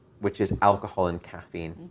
which is alcohol and caffeine.